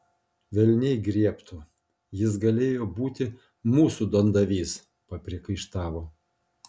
velniai griebtų jis galėjo būti mūsų duondavys papriekaištavo